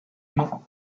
non